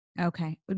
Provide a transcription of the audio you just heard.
Okay